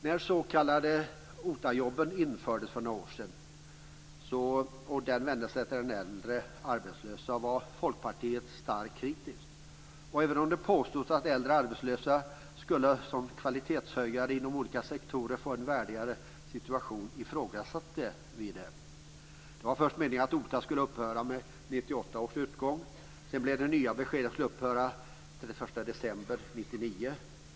När de s.k. OTA-jobben, som vände sig till äldre arbetslösa, infördes för några år sedan var Folkpartiet starkt kritiskt. Även om det påstods att äldre arbetslösa som kvalitetshöjare inom olika sektorer skulle få en värdigare situation ifrågasatte vi det. Det var först meningen att OTA skulle upphöra med 1998 års utgång. Sedan blev det nya beskedet att det skulle upphöra den 31 december 1999.